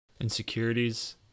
insecurities